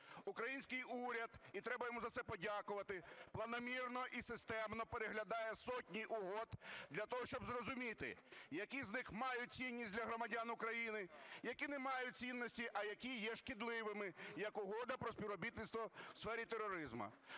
Український уряд, і треба йому за це подякувати, планомірно і системно переглядає сотні угод для того, щоб зрозуміти, які з них мають цінність для громадян України, які не мають цінності, а які є шкідливими, як Угода про співробітництво с сфері тероризму.